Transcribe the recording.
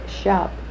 shop